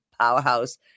powerhouse